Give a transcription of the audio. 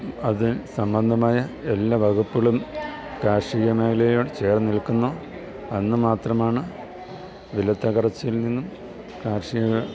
അതിൽ സംബന്ധമായ എല്ലാ വകുപ്പുകളും കാർഷിക മേഖലനോട് ചേർന്നു നിൽക്കുന്ന അന്നു മാത്രമാണ് വിലത്തകർച്ചയിൽ നിന്നും കാർഷിക